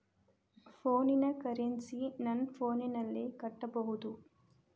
ಫೋನಿನ ಕರೆನ್ಸಿ ನನ್ನ ಫೋನಿನಲ್ಲೇ ಕಟ್ಟಬಹುದು?